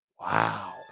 Wow